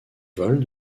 vols